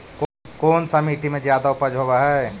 कोन सा मिट्टी मे ज्यादा उपज होबहय?